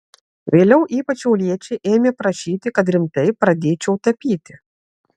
vėliau ypač šiauliečiai ėmė prašyti kad rimtai pradėčiau tapyti